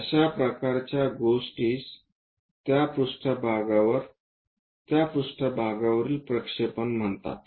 अशा प्रकारच्या गोष्टीस त्या पृष्ठभागावर त्या पृष्ठभागावरील प्रक्षेपण म्हणतात